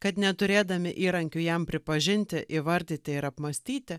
kad neturėdami įrankių jam pripažinti įvardyti ir apmąstyti